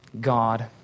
God